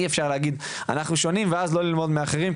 אי אפשר להגיד שאנחנו שונים ואז לא ללמוד מאחרים,